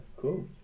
Cool